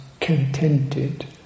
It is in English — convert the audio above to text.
contented